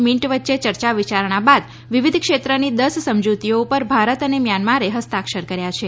Myint વચ્ચે ચર્ચા વિયારણા બાદ વિવિધ ક્ષેત્રની દસ સમજુતીઓ ઉપર ભારત અને મ્યાનમારે હસ્તાક્ષર કર્યા છે